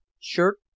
Shirt